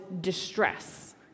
distress